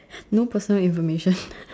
no personal information